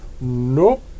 Nope